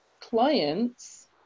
clients